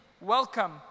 welcome